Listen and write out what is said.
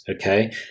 Okay